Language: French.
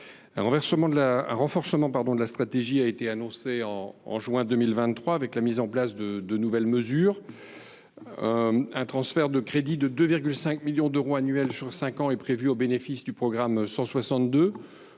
Un renforcement de la stratégie a été annoncé en juin 2023, avec la mise en place de nouvelles mesures. Un transfert de crédits de 2,5 millions d’euros par an sur cinq ans est prévu au bénéfice du programme 162